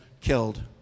killed